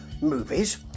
movies